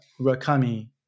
Rakami